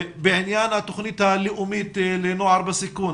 בעניין התוכנית הלאומית לנוער בסיכון,